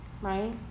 right